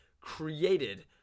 created